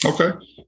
Okay